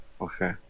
Okay